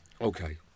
Okay